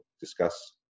discuss